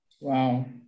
Wow